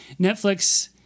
Netflix